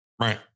Right